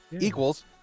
Equals